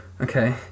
Okay